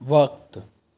وقت